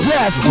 Yes